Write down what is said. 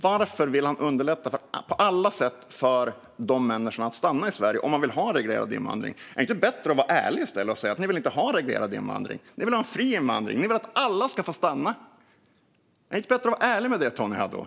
Varför vill han på alla sätt underlätta för dessa människor att stanna i Sverige om han vill ha en reglerad invandring? Är det inte bättre att vara ärlig och säga att ni inte vill ha en reglerad invandring? Ni vill ha fri invandring. Ni vill att alla ska få stanna. Är det inte bättre att vara ärlig med det, Tony Haddou?